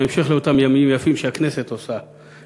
בהמשך לאותם ימים יפים שהכנסת עושה,